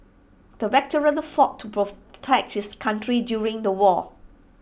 the veteran fought to protect his country during the war